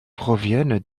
proviennent